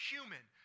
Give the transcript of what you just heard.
Human